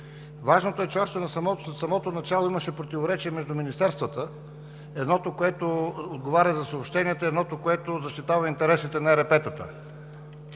Важното е, че още в самото начало имаше противоречия между министерствата – едното, което отговаря за съобщенията, и едното, което защитава интересите на ЕРП-тата.